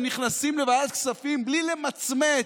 נכנסים לוועדת כספים בלי למצמץ.